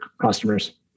customers